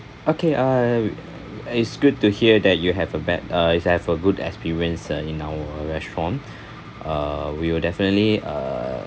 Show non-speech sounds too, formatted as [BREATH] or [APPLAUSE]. okay uh it's good to hear that you have a bad uh you have a good experience uh in our restaurant [BREATH] uh we'll definitely uh